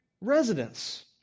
residents